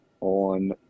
on